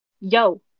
Yo